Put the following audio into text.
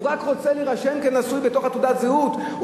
הוא רק רוצה להירשם כנשוי בתעודת הזהות.